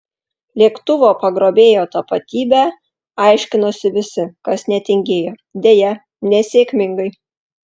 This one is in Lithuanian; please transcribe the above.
lėktuvo pagrobėjo tapatybę aiškinosi visi kas netingėjo deja nesėkmingai